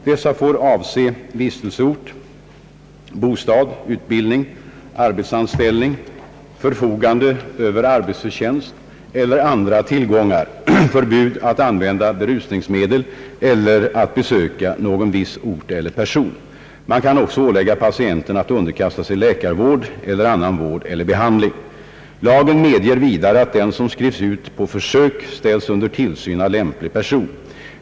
Dessa får avse vistelseort, bostad, utbildning, arbetsanställning, förfogande över arbetsförtjänst eller andra tillgångar, förbud att använda berusningsmedel eller att besöka någon viss ort eller person. Man kan också ålägga pa tienten att underkasta sig läkarvård eller annan vård eller behandling. Lagen medger vidare att den som skrivs ut på försök ställs under tillsyn av lämplig person.